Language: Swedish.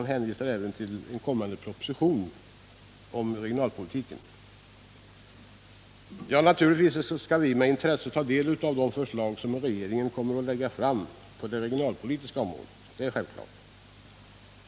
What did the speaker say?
Han hänvisar även till en kommande proposition om regionalpolitiken. Naturligtvis skall vi med intresse ta del av de förslag som regeringen kommer att lägga fram på det regionalpolitiska området.